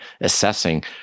assessing